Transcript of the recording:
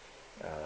uh